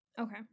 Okay